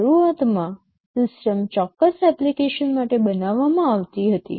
શરૂઆતમાં સિસ્ટમ ચોક્કસ એપ્લિકેશન માટે બનાવવામાં આવી હતી